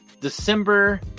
December